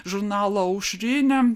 žurnalą aušrinė